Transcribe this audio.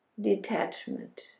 detachment